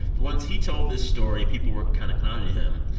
once he told this story, people were kind of clowning him.